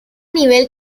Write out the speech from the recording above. nivel